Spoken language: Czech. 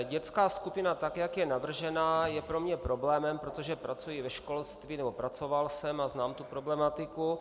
Dětská skupina, tak jak je navržena, je pro mě problémem, protože pracuji ve školství, nebo pracoval jsem, a znám tu problematiku.